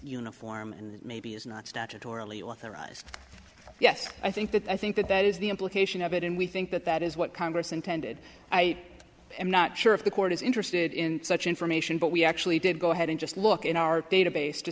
uniform and maybe is not statutorily authorized yes i think that i think that that is the implication of it and we think that that is what congress intended i am not sure if the court is interested in such information but we actually did go ahead and just look in our database to